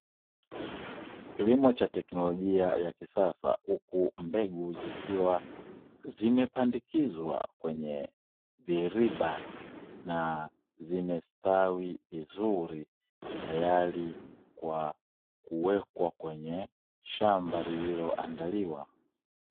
Kilimo cha teknolojia ya kisasa huku mbegu zikiwa zimepandikizwa kwenye viriba na zimestawi vizuri tayari kwa kuwekwa kwenye shamba lililoandaliwa.